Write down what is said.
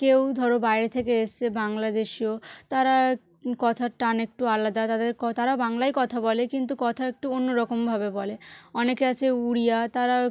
কেউ ধরো বাইরে থেকে এসসে বাংলাদেশীয় তারা কথার টান একটু আলাদা তাদের কথা তারা বাংলায় কথা বলে কিন্তু কথা একটু অন্য রকমভাবে বলে অনেকে আছে উড়িয়া তারা